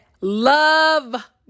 love